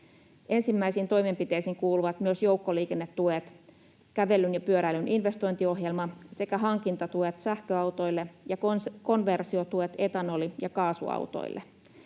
Ensimmäisiin toimenpiteisiin kuuluvat myös joukkoliikennetuet, kävelyn ja pyöräilyn investointiohjelma sekä hankintatuet sähköautoille ja konversiotuet etanoli- ja kaasuautoille.